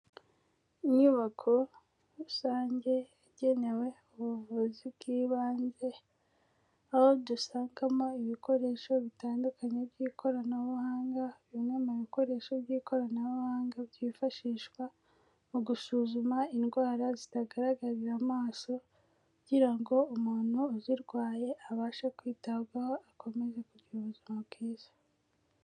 Inyubako rusange yagenewe ubuvuzi bw'ibanze, aho dusangamo ibikoresho bitandukanye by'ikoranabuhanga, bimwe mu bikoresho by'ikoranabuhanga byifashishwa mu gusuzuma indwara zitagaragarira amaso kugira ngo umuntu uzirwaye abashe kwitabwaho akomeze kugira ubuzima bwiza.